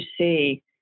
see